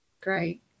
Great